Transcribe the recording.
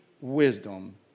wisdom